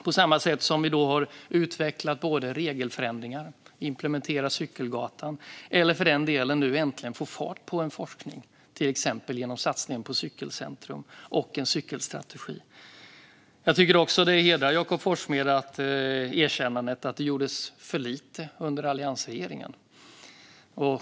På samma sätt har vi utvecklat regelförändringar, implementerat cykelgatan och nu äntligen fått fart på forskningen, till exempel genom satsningen på Cykelcentrum och en cykelstrategi. Jag tycker att erkännandet att det gjordes för lite under alliansregeringen hedrar Jakob Forssmed.